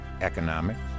economics